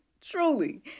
truly